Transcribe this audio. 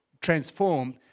transformed